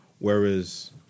Whereas